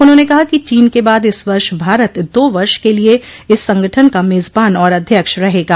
उन्होंने कहा कि चीन के बाद इस वर्ष भारत दो वर्ष के लिए इस संगठन का मेजबान और अध्यक्ष रहेगा